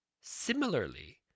Similarly